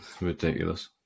ridiculous